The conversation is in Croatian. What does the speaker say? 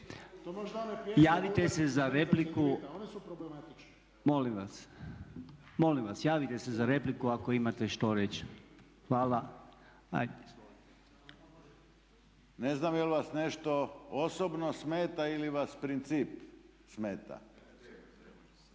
javite se za repliku. Molim vas, javite se za repliku ako imate što reći. Hvala. **Mlakar, Davorin (HDZ)** Ne znam jel vas nešto osobno smeta ili vas princip smeta?